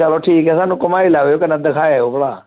ते ठीक ऐ सानूं बैठाई लैयो ते कन्नै बैठायो भला